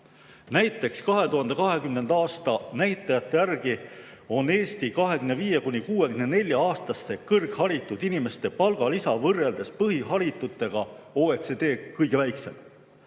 Näiteks oli 2020. aasta näitajate järgi Eesti 25–64‑aastaste kõrgharitud inimeste palgalisa võrreldes põhiharitutega OECD riikide